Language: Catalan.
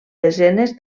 desenes